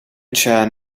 chan